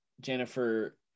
Jennifer